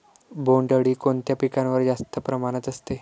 बोंडअळी कोणत्या पिकावर जास्त प्रमाणात असते?